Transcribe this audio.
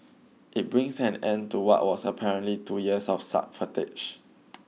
it brings an end to what was apparently two years of subterfuge